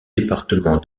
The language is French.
départements